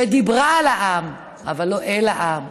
שדיברה על העם אבל לא אל העם,